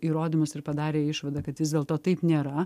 įrodymus ir padarė išvadą kad vis dėlto taip nėra